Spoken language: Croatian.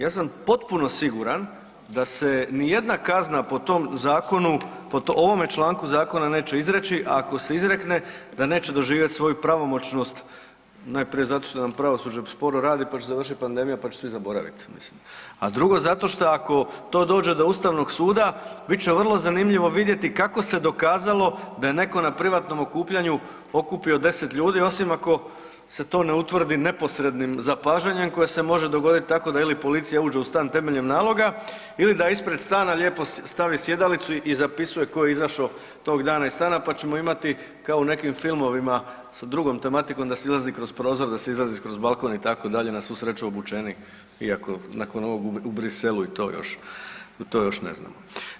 Ja sam potpuno siguran da se ni jedna kazna po tom zakonu, po ovome članku zakona neće izreći, a ako se izrekne da neće doživjeti svoju pravomoćnost najprije zato što nam pravosuđe sporo radit, pa će završit pandemija pa će svi zaboraviti, mislim, a drugo zato šta ako to dođe do Ustavnog suda bit će vrlo zanimljivo vidjeti kako se dokazalo da je netko na privatnom okupljanju okupio 10 ljudi osim ako se to ne utvrdi neposrednim zapažanjem koje se može dogoditi tako da ili policija uđe u stan temeljem naloga ili da ispred stana lijepo stavi sjedalicu i zapisuje tko je izašao tog dana iz stana pa ćemo imati kao u nekom filmovima sa drugom tematikom da silazi kroz prozor, da silazi kroz balkon na svu sreću obučeni iako nakon ovog u Bruxellesu i to još i to još ne znamo.